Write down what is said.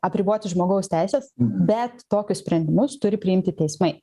apriboti žmogaus teises bet tokius sprendimus turi priimti teismai